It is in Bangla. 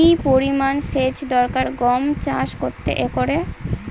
কি পরিমান সেচ দরকার গম চাষ করতে একরে?